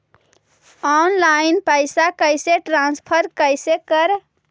Online पैसा कैसे transfer कैसे कर?